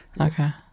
Okay